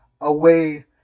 away